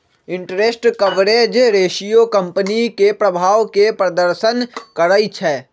interest coverage ratio company के प्रभाव के प्रदर्शन करइ छै